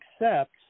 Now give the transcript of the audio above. accept